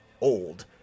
old